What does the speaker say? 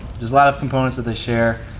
there's a lot of components that they share.